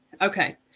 Okay